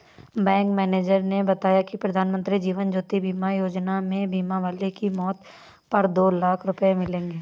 bank manager ने बताया कि प्रधानमंत्री जीवन ज्योति बीमा योजना में बीमा वाले की मौत पर दो लाख रूपये मिलेंगे